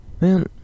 man